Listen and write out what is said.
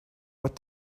what